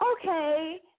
Okay